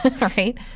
Right